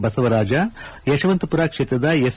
ಬಸವರಾಜ ಯಶವಂತಪುರ ಕ್ಷೇತ್ರದ ಎಸ್